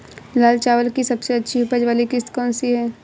लाल चावल की सबसे अच्छी उपज वाली किश्त कौन सी है?